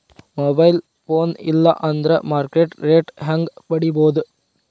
Mobile phone ಇಲ್ಲಾ ಅಂದ್ರ market rate ಹೆಂಗ್ ಪಡಿಬೋದು?